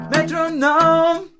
Metronome